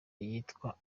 yitwa